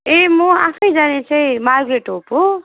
ए म आफै जाने चाहिँ मार्ग्रेट होप हो